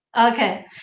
Okay